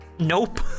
nope